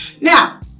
Now